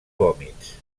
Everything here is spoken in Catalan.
vòmits